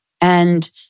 And-